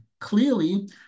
clearly